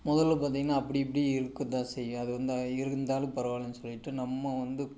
முதல்ல பார்த்தீங்கன்னா அப்படி இப்படி இருக்க தான் செய்யும் அது வந்து இருந்தாலும் பரவாயில்லன்னு சொல்லிட்டு நம்ம வந்து